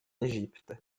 égypte